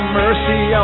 mercy